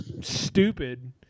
stupid